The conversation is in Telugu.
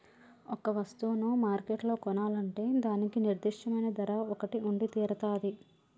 ఒక వస్తువును మార్కెట్లో కొనాలంటే దానికి నిర్దిష్టమైన ధర ఒకటి ఉండితీరతాది